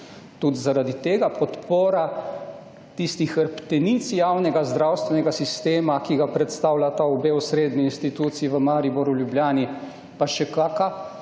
Tudi zaradi tega podpora tisti hrbtenici javnega zdravstvenega sistema, ki ga predstavljata obe osrednji instituciji v Mariboru, v Ljubljani, pa še kaka,